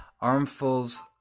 Armfuls